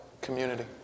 community